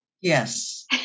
yes